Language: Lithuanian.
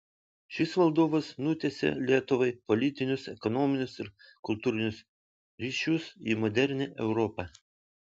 šis valdovas nutiesė lietuvai politinius ekonominius ir kultūrinius ryšius į modernią europą